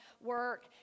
work